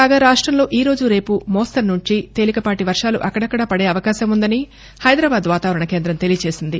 కాగా రాష్టంలో ఈ రోజు రేపు మోస్తరు నుంచి తేలికపాటి వర్షాలు అక్కదక్కడా పదే అవకాశం ఉందని హైదరాబాద్ వాతావరణ కేంద్రం తెలియజేసింది